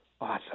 awesome